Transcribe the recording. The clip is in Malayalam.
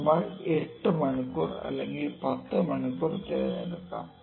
നമ്മൾ 8 മണിക്കൂർ അല്ലെങ്കിൽ 10 മണിക്കൂർ തിരഞ്ഞെടുക്കാം